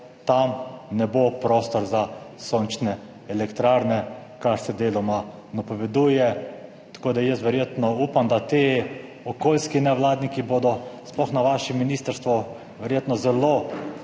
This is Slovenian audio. tam ne bo prostor za sončne elektrarne, kar se deloma napoveduje, tako da jaz verjetno upam, da ti okoljski nevladniki bodo, sploh na vaše ministrstvo, verjetno zelo hitro